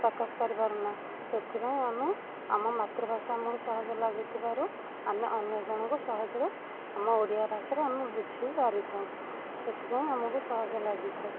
ପ୍ରକାଶ କରିପାରୁନା ସେଥିପାଇଁ ଆମେ ଆମ ମାତୃଭାଷା ଆମକୁ ସହଜ ଲାଗିଥିବାରୁ ଆମେ ଅନ୍ୟ ଜଣଙ୍କୁ ସହଜରେ ଆମ ଓଡ଼ିଆ ଭାଷାରେ ଆମେ ବୁଝେଇ ପାରିଥାଉ ସେଥିପାଇଁ ଆମକୁ ସହଜ ଲାଗିଥାଏ